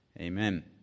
Amen